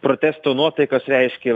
protesto nuotaikas reiškė